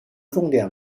重点